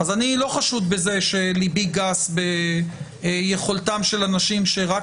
אני לא חשוד בזה שליבי גס ביכולתם של אנשים שרק